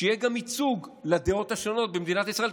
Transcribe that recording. כדי שיהיה גם ייצוג לדעות השונות במדינת ישראל,